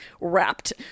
wrapped